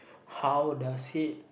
how does he